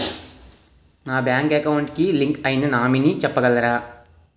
నా bank account కి link అయినా నామినీ చెప్పగలరా?